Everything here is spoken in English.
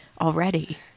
already